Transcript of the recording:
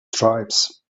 tribes